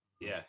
Yes